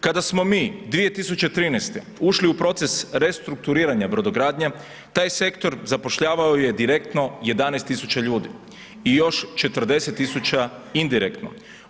Kada smo mi 2013. ušli u proces restrukturiranja brodogradnje, taj sektor zapošljavao je direktno 11 tisuća ljudi i još 40 tisuća indirektno.